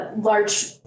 large